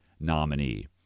nominee